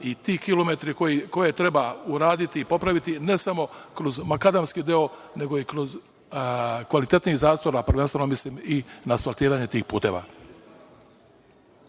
i ti kilometri koje treba uraditi i popraviti, ne samo kroz makadamski deo, nego kod kvalitetnijeg zastora, prvenstveno mislim i na asfaltiranje tih puteva.